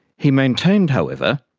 he maintained, however,